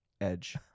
edge